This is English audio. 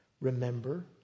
Remember